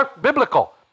biblical